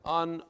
on